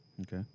Okay